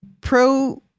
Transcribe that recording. pro